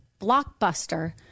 blockbuster